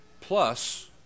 plus